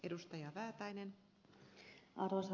arvoisa rouva puhemies